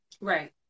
right